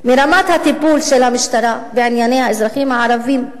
מרמת הטיפול של המשטרה בענייני האזרחים הערבים,